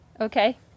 Okay